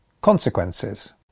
consequences